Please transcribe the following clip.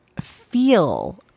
feel